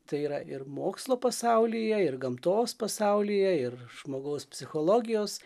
tai yra ir mokslo pasaulyje ir gamtos pasaulyje ir žmogaus psichologijos